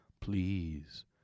please